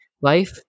Life